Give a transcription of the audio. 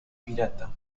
pirata